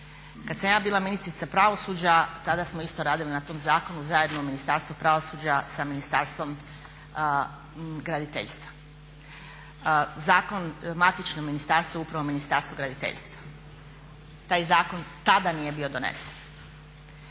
Kad sam ja bila ministrica pravosuđa tada smo isto radili na tom zakonu zajedno u Ministarstvu pravosuđa sa Ministarstvom graditeljstva. Matično ministarstvo je upravo Ministarstvo graditeljstva. Taj zakon tada nije bio donesen.